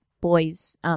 boys –